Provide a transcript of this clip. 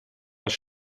als